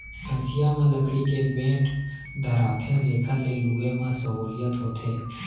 हँसिया म लकड़ी के बेंट धराथें जेकर ले लुए म सहोंलियत होथे